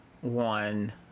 one